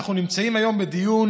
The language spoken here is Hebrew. אנחנו נמצאים היום בדיון